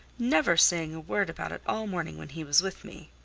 never saying a word about it all morning when he was with me.